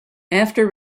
after